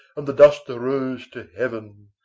and the dust arose to heaven.